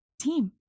team